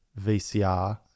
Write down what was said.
VCR